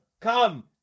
come